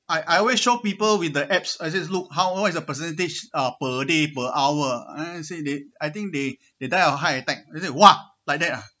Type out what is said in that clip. I I always show people with the apps I said look how what is the percentage uh per day per hour I I said they I think they they die of heart attack they said !wah! like that ah